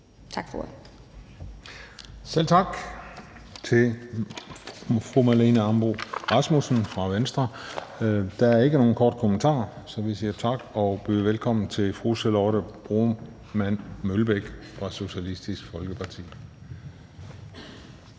Juhl): Selv tak til fru Marlene Ambo-Rasmussen fra Venstre. Der er ikke nogen korte bemærkninger, så vi siger tak og byder velkommen til fru Charlotte Broman Mølbæk fra Socialistisk Folkeparti.